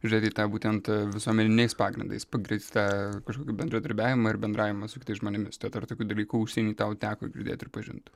žiūrėt į tą būtent visuomeniniais pagrindais pagrįstą kažkokį bendradarbiavimą ir bendravimą su kitais žmonėmis tad ar tokių dalykų užsieny tau teko girdėt ir pažint